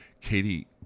Katie